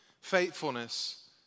faithfulness